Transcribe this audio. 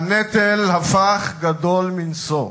הנטל הפך גדול מנשוא.